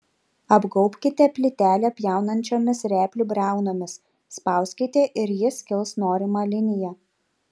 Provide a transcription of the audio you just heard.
apgaubkite plytelę pjaunančiomis replių briaunomis spauskite ir ji skils norima linija